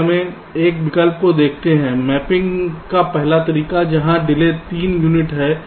पहले हमें इस विकल्प को देखते हैं मैपिंग का पहला तरीका जहां डिले 3 यूनिट है